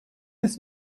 des